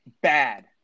bad